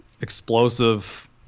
explosive